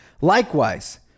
Likewise